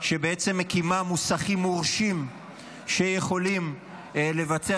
שבעצם מקימה מוסכים מורשים שיכולים לבצע